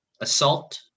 assault